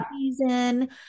season